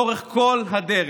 לאורך כל הדרך,